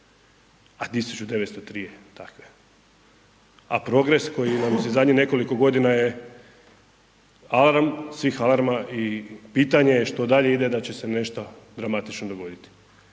a 1903 je taj broj a progres koji nam je zadnjih nekoliko godina alarm svih alarma i pitanje je što dalje da će se nešto dramatično dogoditi